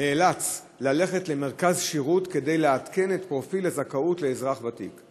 נאלץ ללכת למרכז שירות כדי לעדכן את פרופיל הזכאות לאזרח ותיק.